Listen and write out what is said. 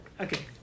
Okay